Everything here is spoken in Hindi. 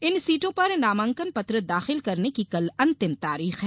इन सीटों पर नामांकन पत्र दाखिल करने की कल अंतिम तारीख है